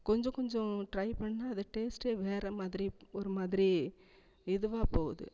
கொஞ்சம் கொஞ்சம் ட்ரை பண்ணால் அது டேஸ்ட்டே வேறுமாதிரி ஒரு மாதிரி இதுவாக போகுது